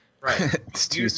right